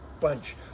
bunch